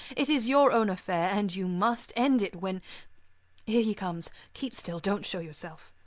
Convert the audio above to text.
it is your own affair, and you must end it when. here he comes. keep still, don't show yourself.